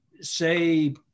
say